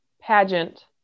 pageant